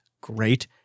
great